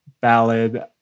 ballad